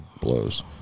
blows